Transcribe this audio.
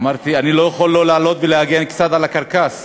אמרתי: אני לא יכול לא לעלות ולהגן קצת על הקרקס.